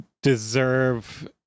deserve